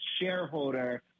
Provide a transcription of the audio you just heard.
shareholder